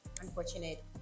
unfortunate